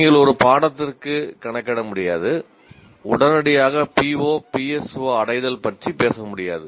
நீங்கள் ஒரு பாடத்திற்கு கணக்கிட முடியாது உடனடியாக PO PSO அடைதல் பற்றி பேச முடியாது